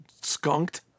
skunked